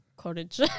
Courage